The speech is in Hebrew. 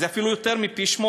אז זה אפילו יותר מפי-שמונה.